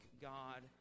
God